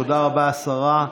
תודה רבה, השרה.